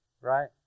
right